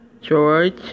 George